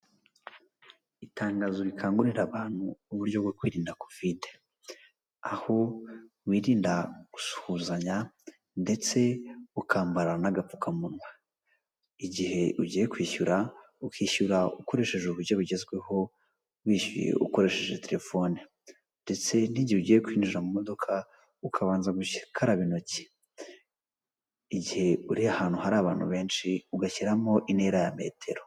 Itangazo rikangurira abantu uburyo bwo kwirinda kovide. Aho wirinda gusuhuzanya ndetse ukambara n'agapfukamunwa. Igihe ugiye kwishyura, ukishyura ukoresheje uburyo bugezweho wishyuye ukoresheje telefone ndetse n'igihe ugiye kwinjira mu modoka, ukabanza gukaraba intoki, igihe uri ahantu hari abantu benshi, ugashyiramo intera ya metero.